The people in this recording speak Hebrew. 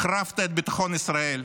החרבת את ביטחון ישראל,